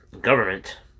government